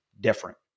different